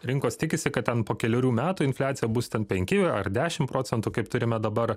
rinkos tikisi kad ten po kelerių metų infliacija bus ten penki ar dešim procentų kaip turime dabar